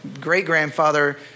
great-grandfather